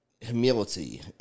humility